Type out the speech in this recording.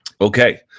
Okay